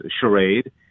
charade